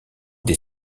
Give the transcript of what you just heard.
des